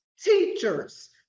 teachers